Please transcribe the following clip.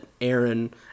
Aaron